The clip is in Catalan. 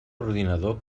ordinador